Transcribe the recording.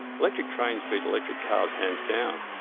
electric trains beat electric cars hands down.